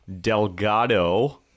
Delgado